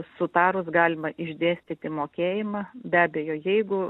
sutarus galima išdėstyti mokėjimą be abejo jeigu